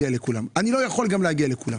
לכולם ואתה גם לא יכול להגיע לכולם